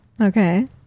Okay